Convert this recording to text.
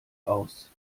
aus